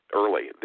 early